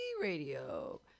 Radio